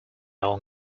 own